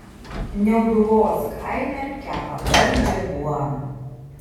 niauduvos kaime kepa gardžią duoną